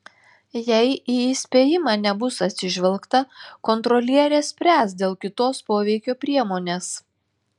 jei į įspėjimą nebus atsižvelgta kontrolierė spręs dėl kitos poveikio priemonės